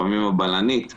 לפעמים הבלנית במקווה,